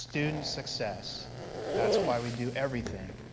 student success that's why we do everything!